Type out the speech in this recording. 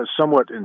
somewhat